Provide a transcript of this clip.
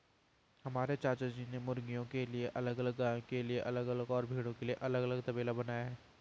हमारे चाचाजी ने मुर्गियों के लिए अलग गायों के लिए अलग और भेड़ों के लिए अलग तबेला बनाया है